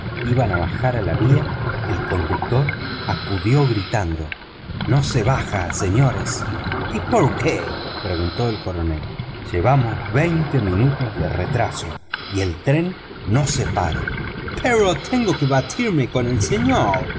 iban a bajar a la vía el conductor acudió gritando no se baja señores y por qué preguntó el coronel llevamos veinte minutos de retraso y el tren no se para pero tengo que batirme con el señor